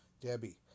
Debbie